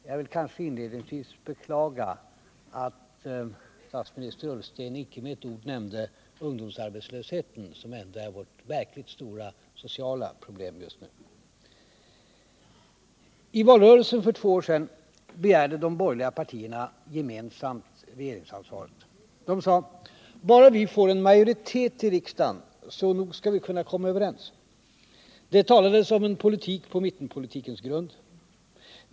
Jag vill kanske inledningsvis beklaga att statsminister Ullsten inte med ett ord nämnde ungdomsarbetslösheten, som ändå är vårt verkligt stora sociala problem just nu. I valrörelsen för två år sedan begärde de borgerliga partierna gemensamt regeringsansvaret. De sade: Bara vi får en majoritet i riksdagen, så nog skall vi komma överens. Det talades om en politik på mittenpolitikens grund.